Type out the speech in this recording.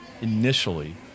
initially